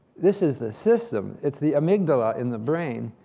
this is the system, it's the amygdala in the brain,